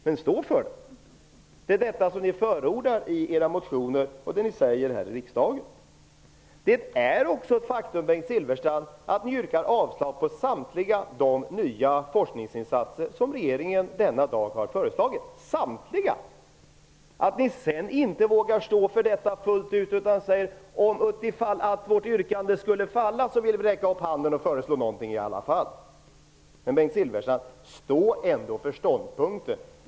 Det är detta som ni har förordat i era motioner och som ni säger här i riksdagen. Det är också ett faktum, Bengt Silfverstrand, att ni yrkar avslag på samtliga de nya forskningsinsatser som regeringen denna dag har föreslagit -- samtliga! Sedan vågar ni inte stå för detta fullt ut, utan ni säger, att om ert yrkande skulle falla vill ni räcka upp handen och föreslå någonting i alla fall. Stå för er ståndpunkt, Bengt Silfverstrand!